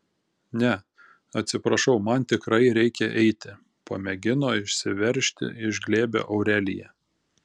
ne atsiprašau man tikrai reikia eiti pamėgino išsiveržti iš glėbio aurelija